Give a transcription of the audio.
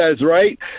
right